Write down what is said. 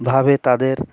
ভাবে তাদের